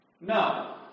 No